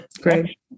Great